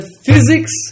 Physics